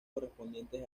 correspondientes